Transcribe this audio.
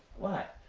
what?